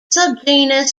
subgenus